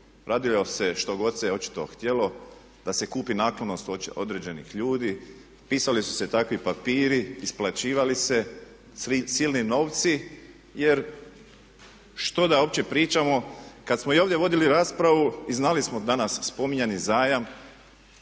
radilo se što god se očito htjelo da se kupi naklonost određenih ljudi, pisali su se takvi papiri, isplaćivali se svi silni novci jer što da opće pričamo kad smo i ovdje vodili raspravu i znali smo danas spominjani zajam